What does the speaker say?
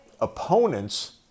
opponents